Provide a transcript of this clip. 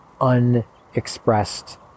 unexpressed